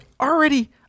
Already